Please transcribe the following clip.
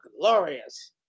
glorious